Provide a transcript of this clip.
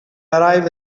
arrive